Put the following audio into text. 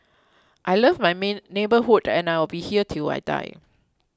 I love my neighbourhood and I will be here till I die